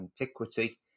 antiquity